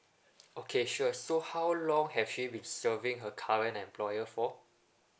okay sure so how long have she been serving her current employer for